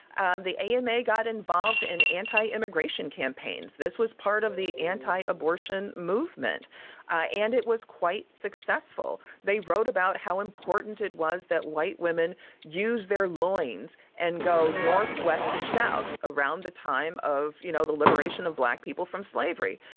and the a m a. got involved in anti-immigration campaigns. this was part of the anti-abortion movement ah and it was quite successful. they wrote about how important it was that white women use their loins and go north, west and south around the time of, you know, the liberation of black people from slavery.